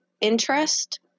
interest